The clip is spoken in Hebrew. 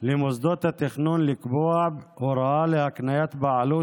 למוסדות התכנון לקבוע הוראה להקניית בעלות